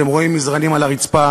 אתם רואים מזרנים על הרצפה,